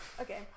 Okay